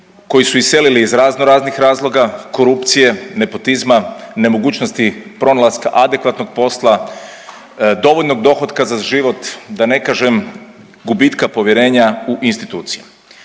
koji su iselili iz razno raznih razloga, korupcije, nepotizma, nemogućnosti pronalaska adekvatnog posla, dovoljnog dohotka za život, da ne kažem gubitka povjerenja u institucije.